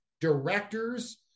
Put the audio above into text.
directors